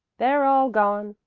they're all gone,